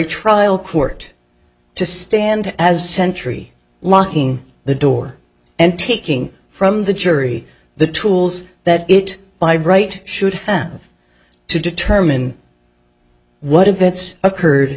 trial court to stand as century locking the door and taking from the jury the tools that it by bright should to determine what events occurred